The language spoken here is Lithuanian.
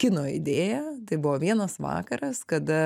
kino idėja tai buvo vienas vakaras kada